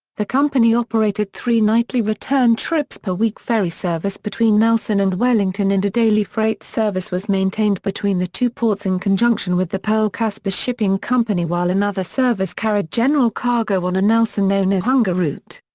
the company operated three nightly return trips per week ferry service between nelson and wellington and a daily freight service was maintained between the two ports in conjunction with the pearl kasper shipping company while another service carried general cargo on a nelson-onehunga nelson-onehunga route.